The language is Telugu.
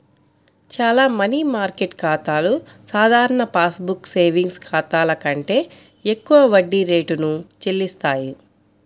చాలా మనీ మార్కెట్ ఖాతాలు సాధారణ పాస్ బుక్ సేవింగ్స్ ఖాతాల కంటే ఎక్కువ వడ్డీ రేటును చెల్లిస్తాయి